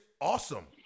awesome